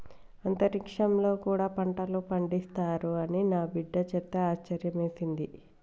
అంతరిక్షంలో కూడా పంటలు పండిస్తారు అని నా బిడ్డ చెప్తే ఆశ్యర్యమేసింది